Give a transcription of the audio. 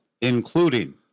including